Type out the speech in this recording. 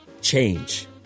change